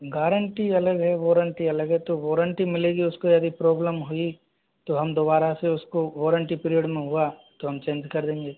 guarantee अलग है warranty अलग है तो वारंटी मिलेगी उसको यदि प्रॉब्लम हुई तो हम दोबारा से उसको वारंटी पीरियड में होगा तो हम चेंज कर देंगे